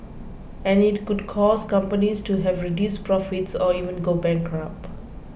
and it could cause companies to have reduced profits or even go bankrupt